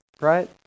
right